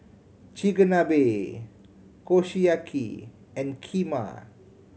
Chigenabe Kushiyaki and Kheema